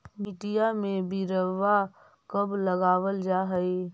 मिट्टी में बिरवा कब लगावल जा हई?